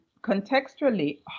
contextually